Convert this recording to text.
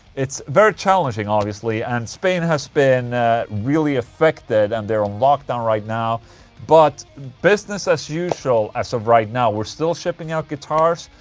it's very challenging obviously and spain has been really affected and they're on lockdown right now but business as usual as of right now we're still shipping out guitars.